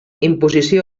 imposició